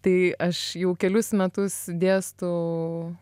tai aš jau kelius metus dėstau